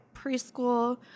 preschool